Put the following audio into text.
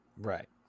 right